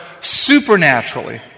supernaturally